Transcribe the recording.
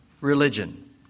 religion